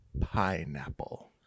pineapple